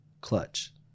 Clutch